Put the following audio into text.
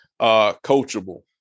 coachable